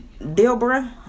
Dilbra